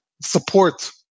support